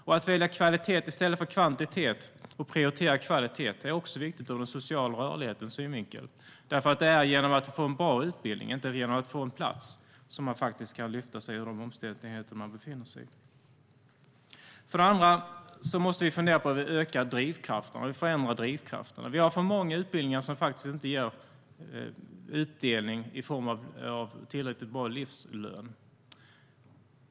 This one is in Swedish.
Att prioritera kvalitet i stället för kvantitet är också viktigt ur den sociala rörlighetens synvinkel, för det är genom att få en bra utbildning, inte genom att få en plats, som man kan lyfta sig ur de omständigheter man befinner sig i. För det andra måste vi fundera på hur vi förändrar drivkrafterna. Vi har för många utbildningar som inte ger utdelning i form av tillräckligt bra livslön.